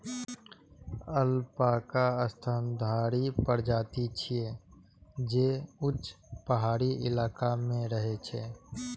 alpaca स्तनधारी प्रजाति छियै, जे ऊंच पहाड़ी इलाका मे रहै छै